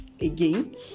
again